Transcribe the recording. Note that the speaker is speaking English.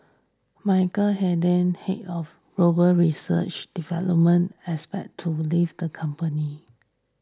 Michael Hayden head of global research development as expected to leave the company